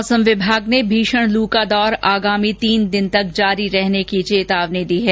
मौसम विभाग ने भीषण लू का दौर आगामी तीन दिन तक जारी रहने की चेतावनी दी है